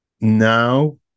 Now